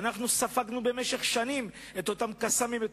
אנחנו ספגנו במשך שנים את אותם "קסאמים",